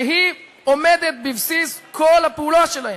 שהיא עומדת בבסיס כל הפעולה שלהם,